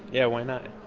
yeah, why not?